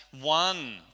one